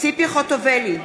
ציפי חוטובלי,